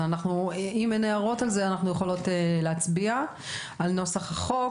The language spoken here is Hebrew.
אם אין הערות אנחנו יכולים להצביע על נוסח הצעת החוק.